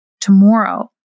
tomorrow